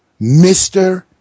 Mr